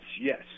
yes